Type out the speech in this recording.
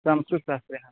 संस्कृतशास्त्रे